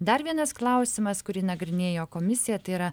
dar vienas klausimas kurį nagrinėjo komisija tai yra